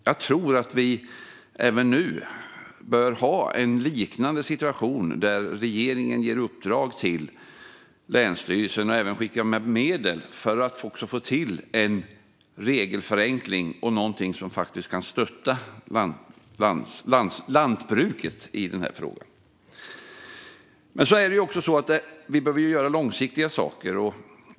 Jag tror att vi även nu bör ha en liknande situation, där regeringen ger uppdrag till länsstyrelsen och även skickar med medel för att man ska få till en regelförenkling och något som faktiskt kan stötta lantbruket i denna fråga. Men vi behöver också göra långsiktiga saker.